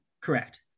Correct